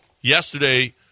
yesterday